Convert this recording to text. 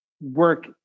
work